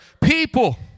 people